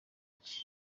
cye